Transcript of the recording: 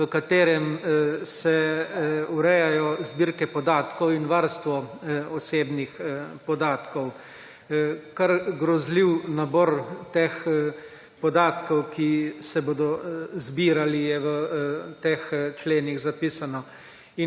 v katerem se urejajo zbirke podatkov in varstvo osebnih podatkov. Kar grozljiv nabor teh podatkov, ki se bodo zbirali je v teh členih zapisano.